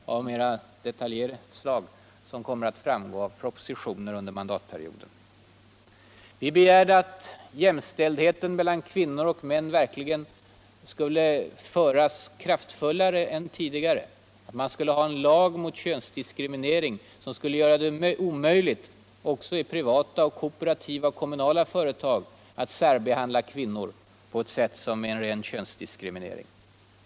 och som mera detaljerat kommer utt framgå av de propositioner som tramläggs under mandatperioden, Vi begärde att kravet på jämställdhet mellan kvinnor och män verkligen skulle föras fram kraftfullare än tidigare, att vi inför en lag mot könsdiskriminering,. som skulle göra det omöjligt att också I privuta, kooperativa och kommunala företag särbehandla kvinnor på ett sätt som innebär en ren könsdiskriminering.